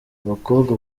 abakobwa